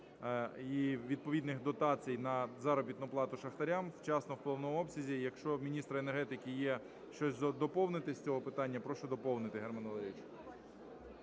і відповідних дотацій на заробітну плату шахтарям вчасно і в повному обсязі. Якщо у міністра енергетики є щось доповнити з цього питання, прошу доповнити, Герман Валерійович.